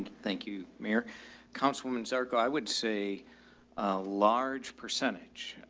thank you, mayor council woman circle. i would say a large percentage.